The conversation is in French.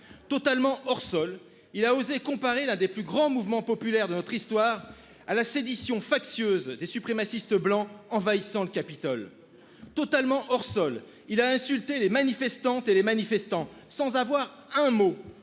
Totalement hors-sol, il a osé comparer l'un des plus grands mouvements populaires de notre histoire à la sédition factieuse des suprémacistes blancs envahissant le Capitole. Totalement hors-sol, il a insulté les manifestantes et les manifestants, sans avoir un mot